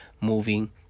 moving